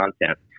content